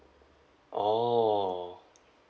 orh